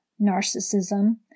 narcissism